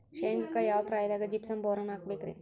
ಶೇಂಗಾಕ್ಕ ಯಾವ ಪ್ರಾಯದಾಗ ಜಿಪ್ಸಂ ಬೋರಾನ್ ಹಾಕಬೇಕ ರಿ?